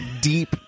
deep